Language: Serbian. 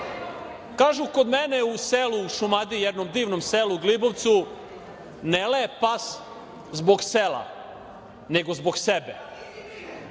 laži. Kažu kod mene u selu u Šumadiji, jednom divnom selu, Glibovcu, ne laje pas zbog sela nego zbog sebe.